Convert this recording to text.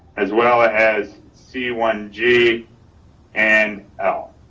as well ah as c one g and l,